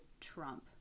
Trump